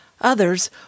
Others